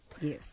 Yes